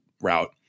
route